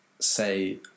say